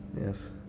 Yes